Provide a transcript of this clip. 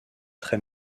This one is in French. très